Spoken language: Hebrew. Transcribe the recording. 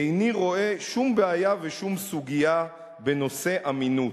איני רואה שום בעיה ושום סוגיה בנושא אמינות.